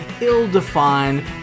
ill-defined